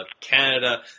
Canada